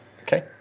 Okay